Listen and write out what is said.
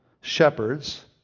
shepherds